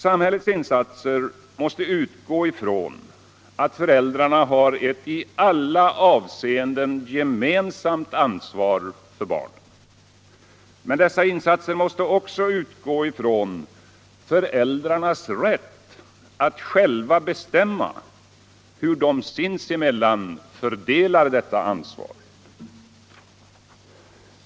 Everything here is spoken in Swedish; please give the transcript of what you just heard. Samhällets insatser måste utgå ifrån att föräldrarna har ett i alla avseenden gemensamt ansvar för barnen. Men dessa insatser måste också utgå från föräldrarnas rätt att själva bestämma hur de sinsemellan fördelar detta ansvar.